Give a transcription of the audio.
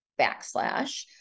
backslash